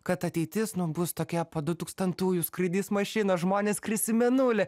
kad ateitis nu bus tokia po du tūkstantųjų skraidys mašinos žmonės skris į mėnulį